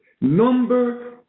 Number